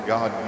God